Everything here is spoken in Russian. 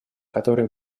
которые